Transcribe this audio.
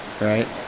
right